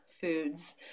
foods